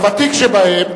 הוותיק שבהם,